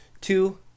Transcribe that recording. two